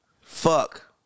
Fuck